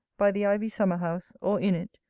by the ivy summer-house, or in it,